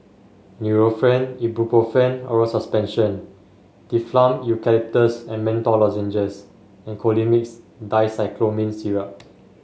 Nurofen Ibuprofen Oral Suspension Difflam Eucalyptus and Menthol Lozenges and Colimix Dicyclomine Syrup